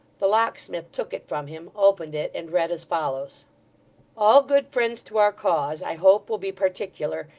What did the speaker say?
the locksmith took it from him, opened it, and read as follows all good friends to our cause, i hope will be particular,